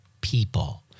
people